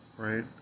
right